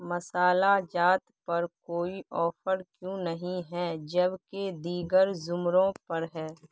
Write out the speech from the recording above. مصالحہ جات پر کوئی آفر کیوں نہیں ہے جبکہ دیگر زمروں پر ہے